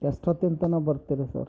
ಎಷ್ಟೊತ್ತಿನ ತನಕ ಬರ್ತೀರಿ ಸರ್